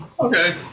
Okay